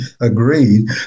agreed